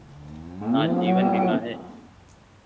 हाँ जीवन बीमा है